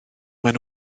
maen